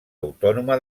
autònoma